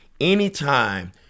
anytime